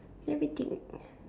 let me think